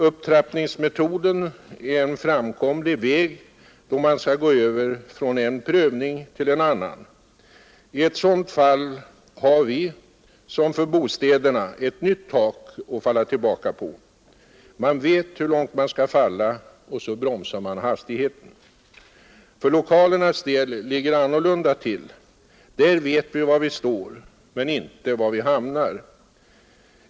Upptrappningsmetoden är en framkomlig väg då man skall gå över från en prövning till en annan. I ett sådant fall har vi — som för bostäderna — ett nytt tak att falla tillbaka på; man vet hur långt man skall falla och bromsar hastigheten. När det gäller lokalerna ligger det annorlunda till. Där vet vi var vi står men inte var vi hamnar.